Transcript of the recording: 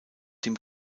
dem